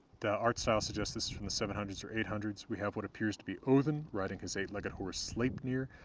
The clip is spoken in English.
the art style suggests this is from the seven hundred s or eight hundred s. we have what appears to be odinn, riding his eight-legged horse, sleipnir,